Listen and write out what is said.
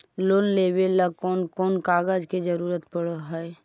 Loan लेबे ल कैन कौन कागज के जरुरत पड़ है?